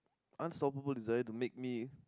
unsolvable desire to make me